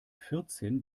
vierzehn